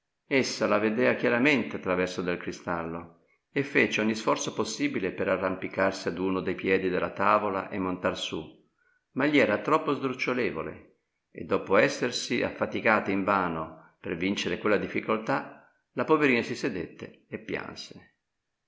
essa la vedea chiaramente a traverso del cristallo e fece ogni sforzo possibile per arrampicarsi ad uno de piedi della tavola e montar su ma gli era troppo sdrucciolevole e dopo essersi affaticata invano per vincere quella difficoltà la poverina si sedette e pianse